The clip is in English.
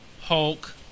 Hulk